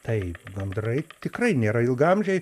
taip gandrai tikrai nėra ilgaamžiai